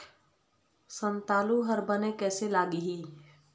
संतालु हर बने कैसे लागिही?